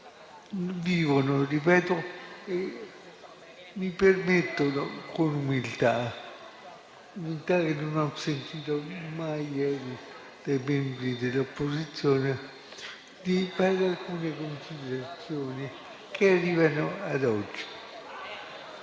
La Russa - mi permettono, con l'umiltà che non ho sentito mai ieri dai membri dell'opposizione, di fare alcune considerazioni che arrivano ad oggi.